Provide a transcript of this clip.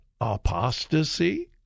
apostasy